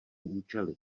účely